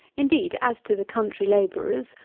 indeed, as to the country labourers,